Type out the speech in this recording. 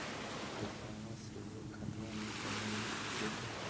पैसाबा सीधे खतबा मे चलेगा जयते?